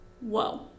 Whoa